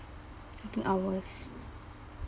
working hours